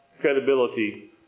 credibility